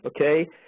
Okay